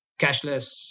Cashless